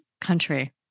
country